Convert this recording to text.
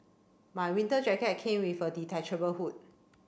my winter jacket came with a detachable hood